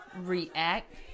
react